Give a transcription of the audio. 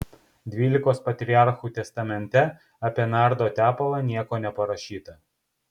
dvylikos patriarchų testamente apie nardo tepalą nieko neparašyta